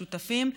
השותפים,